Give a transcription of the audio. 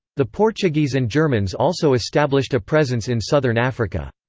the portuguese and germans also established a presence in southern africa.